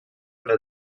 era